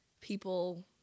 people